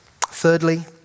Thirdly